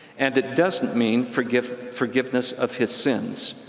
and it doesn't mean forgiveness forgiveness of his sins.